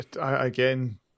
again